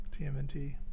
TMNT